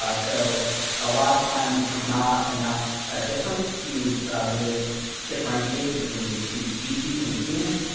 ah so a lot of times it's not enough difference to really differentiate between two species in the genus.